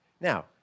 Now